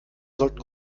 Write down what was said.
sollten